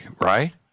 right